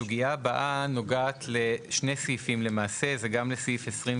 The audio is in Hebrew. הסוגיה הבאה נוגעת לשני סעיפים: זה גם סעיף 21